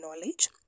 knowledge